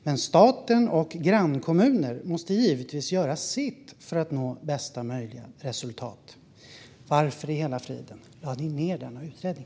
Men staten och grannkommuner måste givetvis göra sitt för att nå bästa möjliga resultat. Varför i hela friden lade ni ner denna utredning?